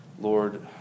Lord